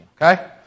okay